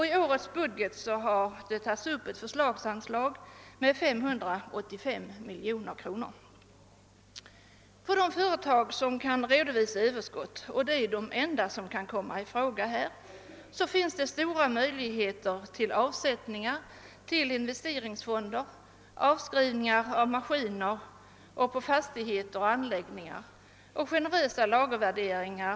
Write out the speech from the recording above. I årets budget har det tagits upp ett förslagsanslag på 505 miljoner kronor. I de företag som kan redovisa överskott — och de är de enda som kan komma i fråga — finns stora möjligheter till avsättningar till investeringsfond samt för avskrivningar på maskiner, fastigheter och anläggningar. Det finns också generösa regler för lagervärderingar.